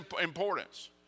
importance